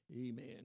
Amen